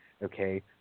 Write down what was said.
okay